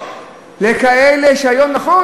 נכון.